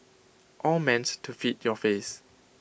all meant to fit your face